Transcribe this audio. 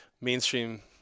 mainstream